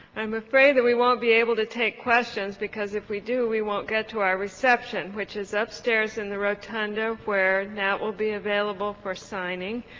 i'm afraid that we won't be able to take questions because if we do we won't get to our reception which is upstairs in the rotunda where nat will be available for signing.